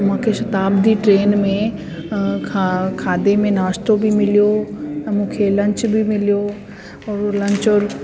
मूंखे शताब्दी ट्रेन में खा खाधे में नाश्तो बि मिलियो मूंखे लंच बि मिलियो और लंच और